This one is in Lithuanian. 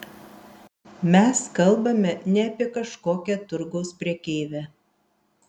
mes kalbame ne apie kažkokią turgaus prekeivę